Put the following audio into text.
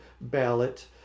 ballot